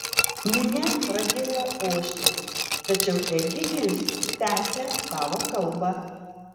minia pradėjo ošti tačiau egidijus tęsė savo kalbą